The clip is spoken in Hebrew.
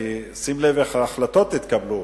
כי שים לב איך ההחלטות התקבלו.